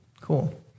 cool